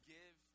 Give